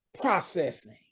processing